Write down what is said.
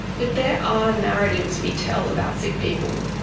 but there are narratives we tell about sick people,